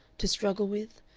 to struggle with,